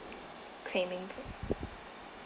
claiming